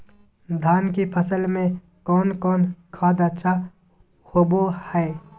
धान की फ़सल में कौन कौन खाद अच्छा होबो हाय?